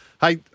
Hey